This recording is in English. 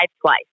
twice